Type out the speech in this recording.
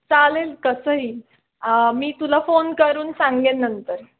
चालेल कसंही मी तुला फोन करून सांगेन नंतर